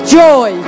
joy